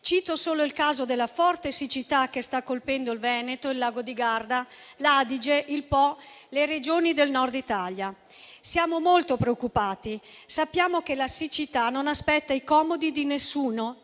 cito solo il caso della forte siccità che sta colpendo il Veneto, il Lago di Garda, l'Adige, il Po, le Regioni del Nord Italia. Siamo molto preoccupati, sappiamo che la siccità non aspetta i comodi di nessuno,